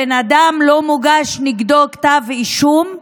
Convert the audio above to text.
הבן אדם, לא מוגש נגדו כתב אישום.